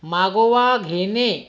मागोवा घेणे